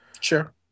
sure